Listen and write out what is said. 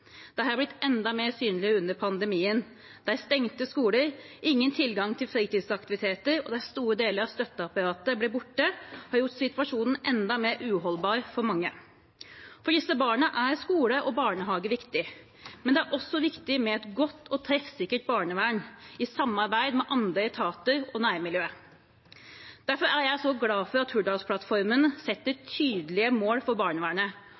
blitt enda mer synlig under pandemien, der stengte skoler, ingen tilgang til fritidsaktiviteter, og at store deler av støtteapparatet ble borte, har gjort situasjonen enda mer uholdbar for mange. For disse barna er skole og barnehage viktig, men det er også viktig med et godt og treffsikkert barnevern, i samarbeid med andre etater og nærmiljøet. Derfor er jeg så glad for at Hurdalsplattformen setter tydelige mål for barnevernet,